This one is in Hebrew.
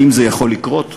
האם זה יכול לקרות?